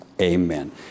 amen